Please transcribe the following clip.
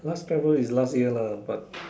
last travel is last year lah but